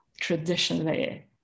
traditionally